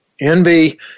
Envy